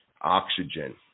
oxygen